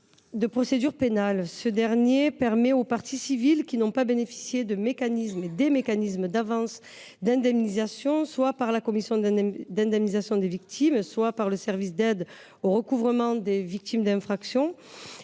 de procédure pénale. Ce dernier permet aux parties civiles qui n’ont pas bénéficié des mécanismes d’avance d’indemnisation, soit par la commission d’indemnisation des victimes d’infractions (Civi), soit par le service d’aide au recouvrement des victimes d’infraction